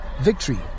victory